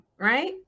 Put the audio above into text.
right